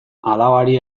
alabari